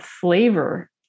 flavor